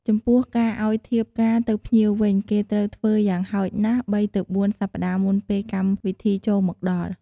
ចំពោះការឱ្យធៀបការទៅភ្ញៀវវិញ គេត្រូវធ្វើយ៉ាងហោចណាស់ ៣ ទៅ ៤សប្ដាហ៍មុនពេលកម្មវិធីចូលមកដល់។